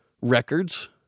records